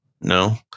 No